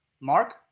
Mark